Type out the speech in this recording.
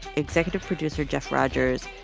executive producer jeff rogers,